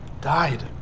died